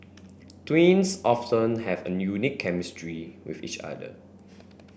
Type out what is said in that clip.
twins often have a unique chemistry with each other